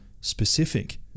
specific